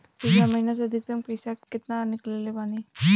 पिछला महीना से अभीतक केतना पैसा ईकलले बानी?